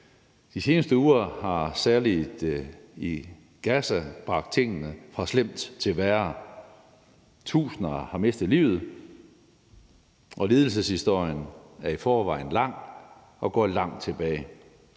De seneste uger har særlig i Gaza bragt tingene fra slemt til værre. Tusinder har mistet livet, og lidelseshistorien er i forvejen lang og går langt tilbage.